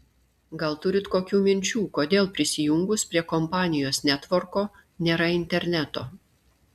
gal turit kokių minčių kodėl prisijungus prie kompanijos netvorko nėra interneto